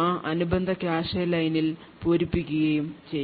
ആ അനുബന്ധ കാഷെ ലൈനിൽ പൂരിപ്പിക്കുകയും ചെയ്യും